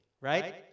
right